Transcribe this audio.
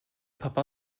papa